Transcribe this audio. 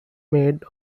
made